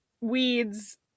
weeds